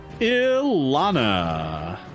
ilana